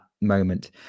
moment